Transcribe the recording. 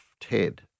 Ted